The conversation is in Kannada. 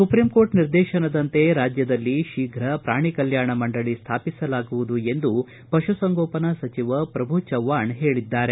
ಸುಪ್ರೀಂಕೋರ್ಟ್ ನಿರ್ದೇಶನದಂತೆ ರಾಜ್ಯದಲ್ಲಿ ಶೀಘ ಪ್ರಾಣಿ ಕಲ್ಕಾಣ ಮಂಡಳಿ ಸ್ಥಾಪಿಸಲಾಗುವುದು ಎಂದು ಪಶು ಸಂಗೋಪನಾ ಸಚಿವ ಪ್ರಭು ಚೌಹಾಣ್ ಹೇಳಿದ್ದಾರೆ